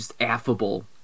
affable